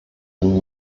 den